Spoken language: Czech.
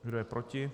Kdo je proti?